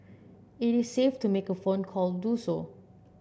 it is safe to make a phone call do so